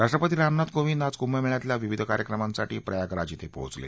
राष्ट्रपती रामनाथ कोविंद आज कुंभमेळ्यातल्या विविध कार्यक्रमांसाठी प्रयागराज डिं पोहचले